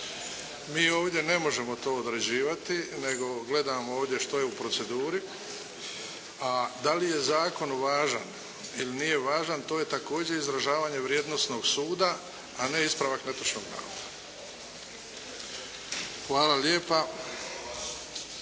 Mi ovdje ne možemo to određivati nego gledamo ovdje što je u proceduri, a da li je zakon važan ili nije važan to je također izražavanje vrijednosnog suda, a ne ispravak netočnog navoda. Hvala lijepa.